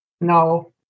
No